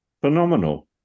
phenomenal